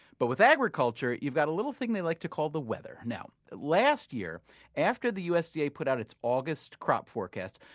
but with agriculture, you've got a little thing they like to call the weather now, last year after the usda put out its august crop forecast,